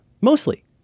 mostly